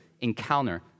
encounter